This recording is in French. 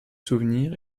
souvenir